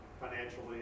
financially